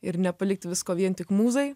ir nepalikt visko vien tik mūzai